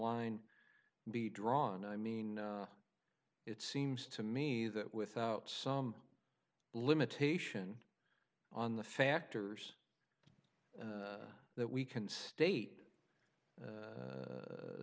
line be drawn i mean it seems to me that without some limitation on the factors that we can state